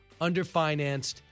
underfinanced